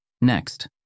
Next